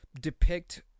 depict